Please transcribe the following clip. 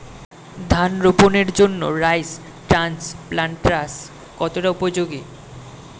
ধান রোপণের জন্য রাইস ট্রান্সপ্লান্টারস্ কতটা উপযোগী?